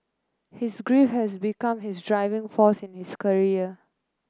his grief has become his driving force in his career